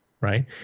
right